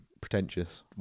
pretentious